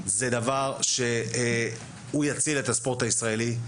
זה דבר שהוא יציל את הספורט הישראלי,